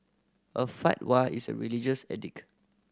a fatwa is a religious edict